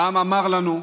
העם אמר לנו: